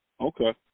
Okay